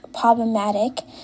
problematic